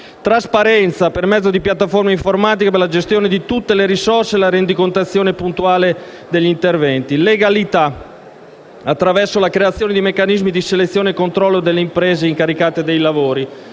trasparenza, per mezzo di piattaforme informatiche per la gestione di tutte le risorse e la rendicontazione puntuale degli interventi; legalità, attraverso la creazione di meccanismi di selezione e controllo delle imprese incaricate dei lavori;